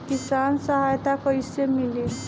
किसान सहायता कईसे मिली?